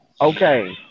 okay